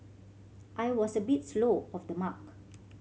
I was a bit slow off the mark